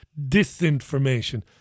disinformation